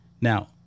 Now